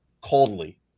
coldly